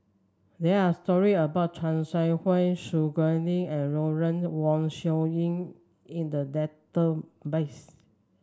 there are story about Chan Soh Ha Su Guaning and Lawrence Wong Shyun in the database